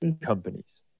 companies